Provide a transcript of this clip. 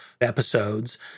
episodes